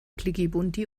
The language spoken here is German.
klickibunti